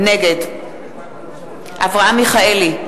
נגד אברהם מיכאלי,